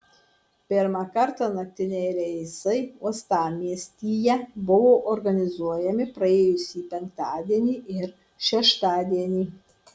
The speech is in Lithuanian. pirmą kartą naktiniai reisai uostamiestyje buvo organizuojami praėjusį penktadienį ir šeštadienį